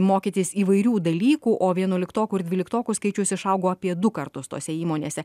mokytis įvairių dalykų o vienuoliktokų ir dvyliktokų skaičius išaugo apie du kartus tose įmonėse